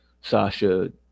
Sasha